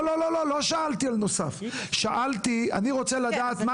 לא שאלתי על נוסף; אני רוצה לדעת במה